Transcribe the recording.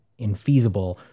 infeasible